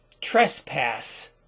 trespass